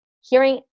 hearing